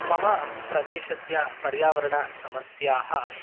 मम प्रदेशस्य पर्यावरणसमस्याः